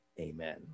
amen